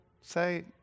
say